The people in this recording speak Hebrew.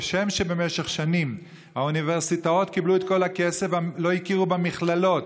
כשם שבמשך שנים האוניברסיטאות קיבלו את כל הכסף ולא הכירו במכללות,